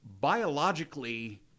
biologically